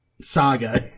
saga